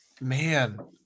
Man